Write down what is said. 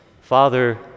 Father